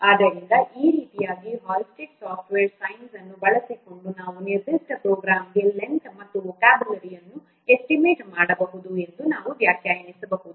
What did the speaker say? ಆದ್ದರಿಂದ ಈ ರೀತಿಯಾಗಿ ಹಾಲ್ಸ್ಟೆಡ್ನ ಸಾಫ್ಟ್ವೇರ್ ಸೈನ್ಸ್Halstead's software science ಅನ್ನು ಬಳಸಿಕೊಂಡು ನಾವು ನಿರ್ದಿಷ್ಟ ಪ್ರೋಗ್ರಾಂಗೆ ಲೆಂಥ್ ಮತ್ತು ವೊಕ್ಯಾಬ್ಯುಲರಿ ಅನ್ನು ಎಸ್ಟಿಮೇಟ್ ಮಾಡಬಹುದು ಎಂದು ನಾವು ವ್ಯಾಖ್ಯಾನಿಸಬಹುದು